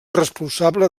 responsable